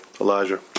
Elijah